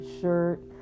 shirt